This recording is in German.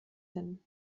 hin